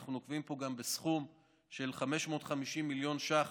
ואנחנו נוקבים פה גם בסכום של 550 מיליון ש"ח